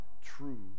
true